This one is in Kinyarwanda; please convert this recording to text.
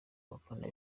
bafana